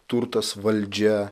turtas valdžia